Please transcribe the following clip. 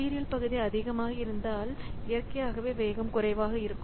serial பகுதி அதிகமாக இருந்தால் இயற்கையாகவே வேகம் குறைவாக இருக்கும்